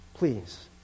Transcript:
Please